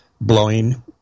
blowing